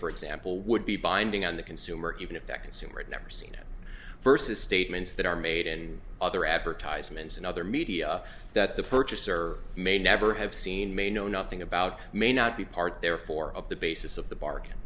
for example would be binding on the consumer even if that consumer never seen it versus statements that are made in other advertisements in other media that the purchaser may never have seen may know nothing about may not be part therefore of the basis of the bargain